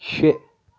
شےٚ